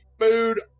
food